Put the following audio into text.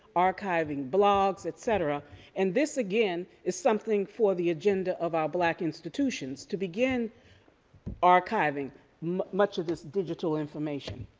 archiving blogs, etcetera. and this again, is something for the agenda of our black institutions, to begin archiving much of this digital information.